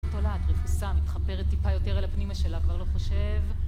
תולעת, רפוסה, מתחפרת טיפה יותר על הפנימה שלה, כבר לא חושב